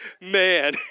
man